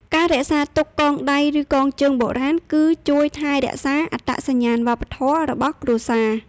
ការរក្សាទុកកងដៃឬកងជើងបុរាណ គឺជួយថែរក្សា អត្តសញ្ញាណវប្បធម៌ របស់គ្រួសារ។